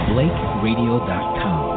BlakeRadio.com